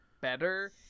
better